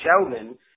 Sheldon